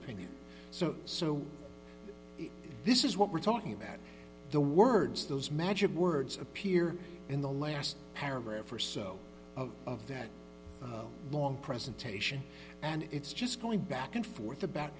opinion so so this is what we're talking about the words those magic words appear in the last paragraph or so of that long presentation and it's just going back and forth about